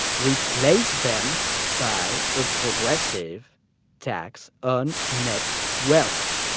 replace them by a progressive tax on net wealth,